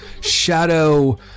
shadow